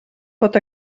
pot